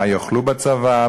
מה יאכלו בצבא?